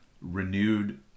renewed